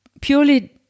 purely